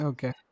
Okay